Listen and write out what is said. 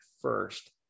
first